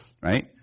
right